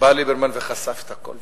בא ליברמן וחשף את הכול,